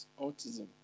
autism